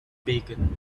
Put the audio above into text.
bacon